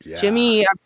Jimmy